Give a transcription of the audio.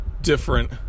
different